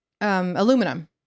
aluminum